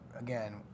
again